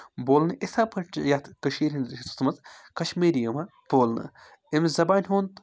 بولنہٕ یِتھٕے پٲٹھۍ چھِ یَتھ کٔشیٖر ہِنٛدِس حِصَس منٛز کَشمیٖری یِوان بولنہٕ أمِس زَبانہِ ہُنٛد